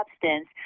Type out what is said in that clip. substance